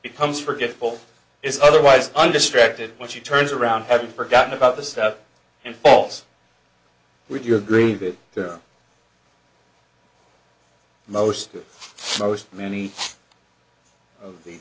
becomes forgetful is otherwise undistracted when she turns around having forgotten about the stuff and falls would you agree that there most most many of the